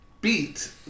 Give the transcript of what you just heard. beat